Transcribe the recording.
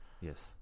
Yes